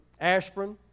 aspirin